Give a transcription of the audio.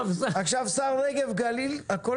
עכשיו השר נגב גליל הכול